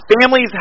Families